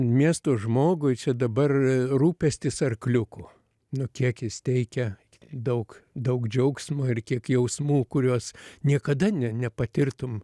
miesto žmogui čia dabar rūpestis arkliuku nu kiek jis teikia daug daug džiaugsmo ir kiek jausmų kuriuos niekada ne nepatirtum